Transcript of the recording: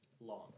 long